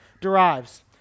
derives